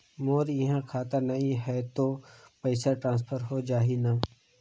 मोर इहां खाता नहीं है तो पइसा ट्रांसफर हो जाही न?